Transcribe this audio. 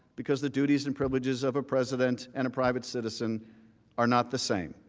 because the duties and privileges of a president and a private citizen are not the same.